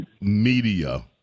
media